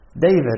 David